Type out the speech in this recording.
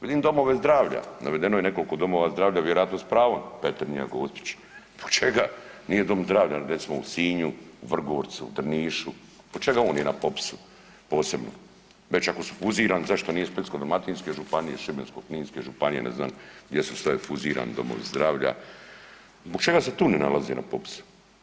Vidim domove zdravlja, navedeno je nekoliko domova zdravlja, vjerojatno s pravom Petrinja, Gospić, zbog čega nije recimo dom zdravlja recimo u Sinju, u Vrgorcu, u Drnišu zbog čega on nije na popisu posebnom već ako su fuzirani zašto nije Splitsko-dalmatinske županije, Šibensko-kninske županije, ne znam gdje su sve fuzirani domovi zdravlja, zbog čega se tu ne nalaze na popisu?